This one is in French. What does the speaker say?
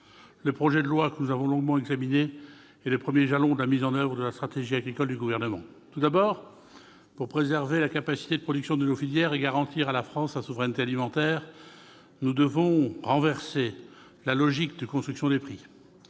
Le texte, que nous avons longuement examiné, est le premier jalon de la mise en oeuvre de sa stratégie agricole. Tout d'abord, pour préserver la capacité de production de nos filières et garantir à la France sa souveraineté alimentaire, nous devons renverser la logique de construction des prix,